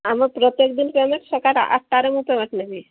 ଆମେ ପ୍ରତ୍ୟକ ଦିନ ପ୍ୟାମେଣ୍ଟ ସକାଳ ଆଠଟାରେ ମୁଁ ପ୍ୟାମେଣ୍ଟ ନେବି